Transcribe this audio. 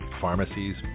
pharmacies